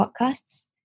podcasts